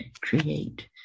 create